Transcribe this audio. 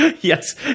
Yes